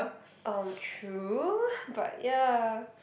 um true but ya